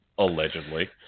Allegedly